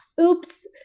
oops